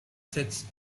sets